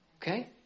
Okay